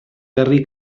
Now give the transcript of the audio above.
garrí